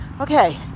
okay